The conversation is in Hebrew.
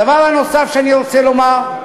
הדבר הנוסף שאני רוצה לומר,